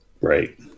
right